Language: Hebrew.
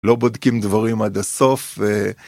‫לא בודקים דברים עד הסוף.